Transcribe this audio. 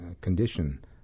condition